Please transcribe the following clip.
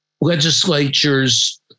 legislatures